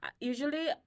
usually